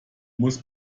muss